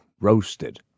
Roasted